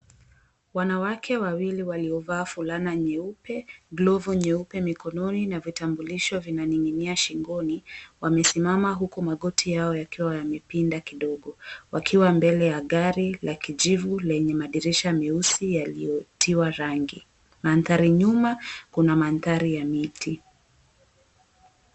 Wanawake wawili waliovaa fulana nyeupe, glovu nyeupe mikononi na vitambulisho vinaning'inia shingoni wamesimama huku magoti yao yakiwa yamepinda kidogo wakiwa mbele ya gari la kijivu lenye madirisha meusi yaliyotiwa rangi. Mandhari nyuma kuna mandhari ya miti.